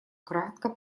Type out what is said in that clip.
кратко